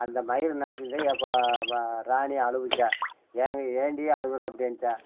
அந்த மயிர் நரைச்சது எப்போ அப்போ ராணி அழுவுச்சாம் ஏங்க ஏண்டி அழுவுற அப்டின்ச்சாம்